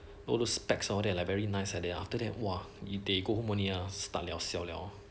all those specs all that like very nice after that !wah! if they go home already ah start liao siao liao